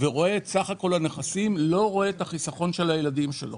ורואה את סך כל הנכסים לא רואה את החיסכון של הילדים שלו,